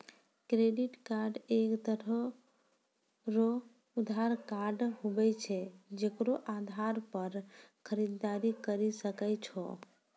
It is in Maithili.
क्रेडिट कार्ड एक तरह रो उधार कार्ड हुवै छै जेकरो आधार पर खरीददारी करि सकै छो